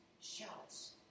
shouts